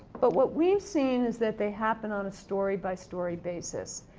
but, what we've seen is that they happen on a story by story basis.